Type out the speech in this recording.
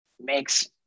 makes